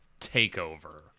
takeover